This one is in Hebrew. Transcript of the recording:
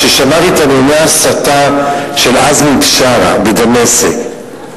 כששמעתי את נאומי ההסתה של עזמי בשארה בדמשק,